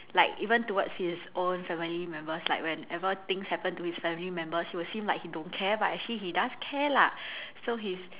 like even towards his own family members like whenever things happen to his family members he will seem like he don't care but actually he does care lah so he's